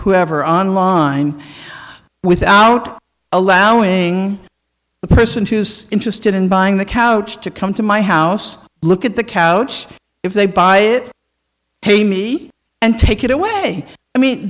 ever online without allowing the person who's interested in buying the couch to come to my house look at the couch if they buy it pain me and take it away i mean